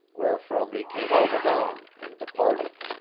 wherefrom he came out anon and departed.